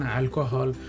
alcohol